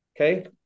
Okay